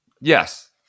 Yes